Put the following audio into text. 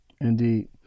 Indeed